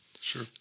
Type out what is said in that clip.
Sure